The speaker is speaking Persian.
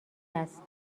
است